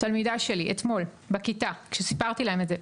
תלמידה שלי, אתמול בכיתה כשסיפרתי להם את זה,